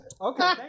okay